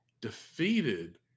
defeated